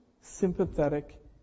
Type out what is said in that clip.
sympathetic